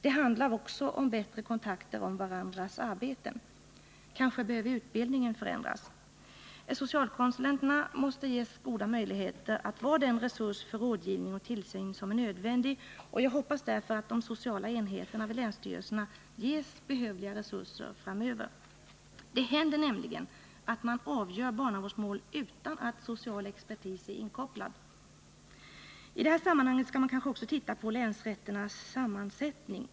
Det handlar också om bättre kunskaper om varandras arbeten. Kanske behöver utbildningen förändras. Socialkonsulenterna måste ges goda möjligheter att vara den resurs för rådgivning och tillsyn som är nödvändig. Jag hoppas därför att de sociala enheterna vid länsstyrelserna ges behövliga resurser framöver. Det händer nämligen att man avgör barnavårdsmål utan att social expertis är inkopplad. I detta sammanhang skall man kanske också titta på länsrätternas sammansättning.